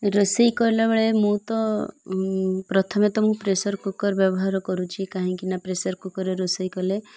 ରୋଷେଇ କଲାବେଳେ ମୁଁ ତ ପ୍ରଥମେ ତ ମୁଁ ପ୍ରେସର୍ କୁକର୍ ବ୍ୟବହାର କରୁଛି କାହିଁକିନା ପ୍ରେସର୍ କୁକର୍ରେ ରୋଷେଇ କଲେ